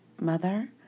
Mother